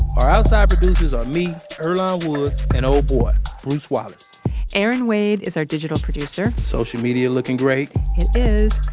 our outside produces are me, earlonne woods and ol' boy bruce wallace erin wade is our digital producer social media looking great it is.